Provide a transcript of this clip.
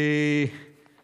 תודה רבה.